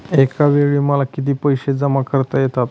एकावेळी मला किती पैसे जमा करता येतात?